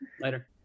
Later